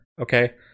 Okay